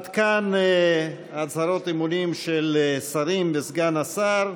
(חותם על ההצהרה) עד כאן הצהרות אמונים של השרים וסגן השר.